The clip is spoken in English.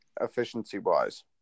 efficiency-wise